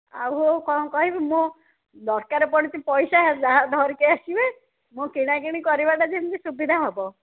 ଆଉ ଆଉ କ'ଣ କହିବି ମୁଁ ଦରକାର ପଡ଼ିଛି ପଇସା ଯାହା ଧରିକି ଆସିବେ ମୁଁ କିଣାକିଣି କରିବାଟା ଯେମିତି ସୁବିଧା ହେବ